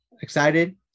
excited